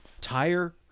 Tire